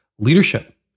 leadership